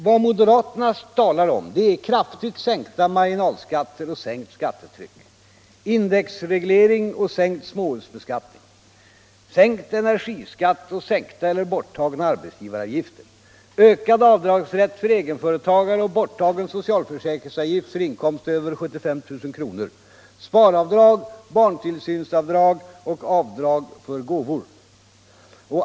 Vad moderaterna talar om är kraftigt sänkta marginalskatter och sänkt skattetryck, indexreglering och sänkt småhusbeskattning, sänkt energiskatt och sänkta eller borttagna arbetsgivaravgifter, ökad avdragsrätt för egenföretagare och borttagen socialförsäkringsavgift för inkomster över 75 000 kr., sparavdrag, barntillsynsavdrag och avdrag för gåvor.